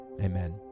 amen